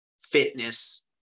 fitness